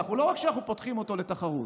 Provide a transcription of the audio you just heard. ולא רק שאנחנו פותחים אותו לתחרות,